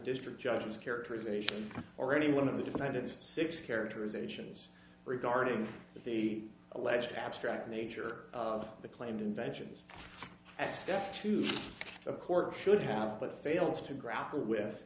district judges characterization or any one of the defendants six characterizations regarding the alleged abstract nature of the claimed inventions and stuff to a court should have but fails to grapple with